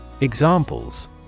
Examples